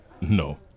No